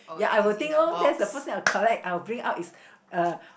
ya I would think loh that's the first thing I'll collect I will bring is uh